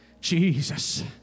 Jesus